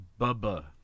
Bubba